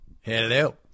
Hello